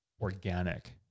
organic